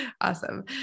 Awesome